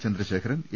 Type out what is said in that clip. Chandrasekharan A